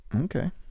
Okay